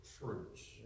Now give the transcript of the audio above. fruits